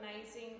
amazing